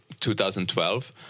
2012